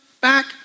back